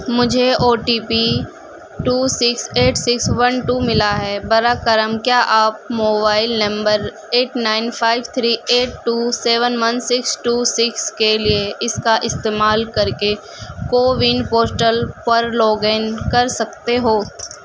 مجھے O T P two six eight six one two ملا ہے براہ کرم کیا آپ mobile number eight nine five three eight two seven one six two six کے لیے اس کا استعمال کر کے کوون پوسٹل پر لاگ ان کر سکتے ہو